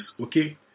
Okay